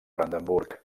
brandenburg